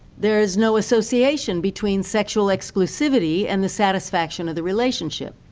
there's no association between sexual exclusivity and the satisfaction of the relationship,